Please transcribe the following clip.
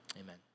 Amen